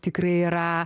tikrai yra